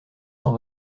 cent